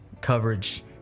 coverage